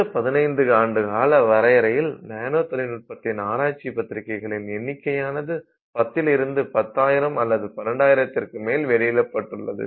இந்த 15 ஆண்டு காலவரையில் நானோ தொழில்நுட்பத்தின் ஆராய்ச்சி பத்திரிக்கைகளின் எண்ணிக்கையானது 10 லிருந்து 10000 அல்லது 12 ஆயிரத்திற்கு மேல் வெளியிடப்பட்டுள்ளது